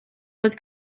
fod